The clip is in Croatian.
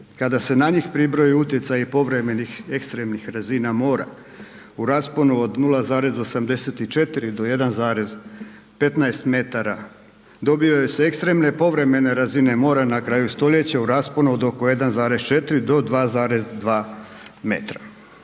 Kada se na njih pribroji utjecaji povremenih ekstremnih razina mora, u rasponu od 0,84 do 1,15 m, dobiju se ekstremne povremene razine mora na kraju stoljeća u rasponu od oko 1,4 do 2,2 m.